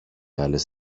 άλλες